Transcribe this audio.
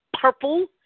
purple